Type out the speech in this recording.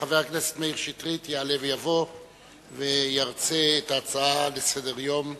חבר הכנסת מאיר שטרית יעלה ויבוא וירצה את ההצעה לסדר-היום מס'